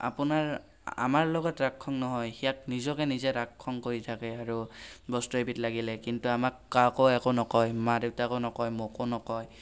আপোনাৰ আমাৰ লগত ৰাগ খং নহয় সিয়াক নিজকে নিজে ৰাগ খং কৰি থাকে আৰু বস্তু এবিধ লাগিলে কিন্তু আমাক কাকো একো নকয় মা দেউতাকো নকয় মোকো নকয়